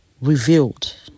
revealed